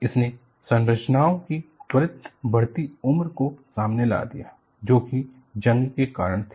इसने संरचनाओं की त्वरित बढ़ती उम्र को सामने ला दिया जो की जंग करोशन के कारण थी